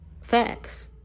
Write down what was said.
Facts